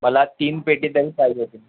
मला तीन पेटी तरी पाहिजे